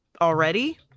already